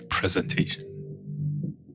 Presentation